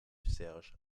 serge